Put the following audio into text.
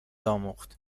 آموخت